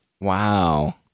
Wow